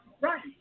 right